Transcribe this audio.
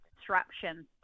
disruption